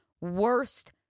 worst